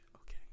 Okay